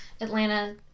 Atlanta